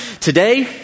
Today